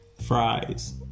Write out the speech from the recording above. Fries